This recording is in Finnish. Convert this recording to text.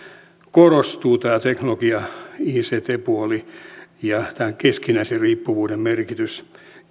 korostuu teknologia ict puoli ja tämä keskinäisen riippuvuuden merkitys